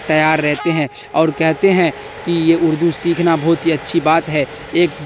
تیار رہتے ہیں اور کہتے ہیں کہ یہ اردو سیکھنا بہت ہی اچھی بات ہے ایک